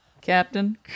Captain